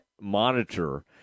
monitor